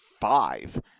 five